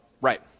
Right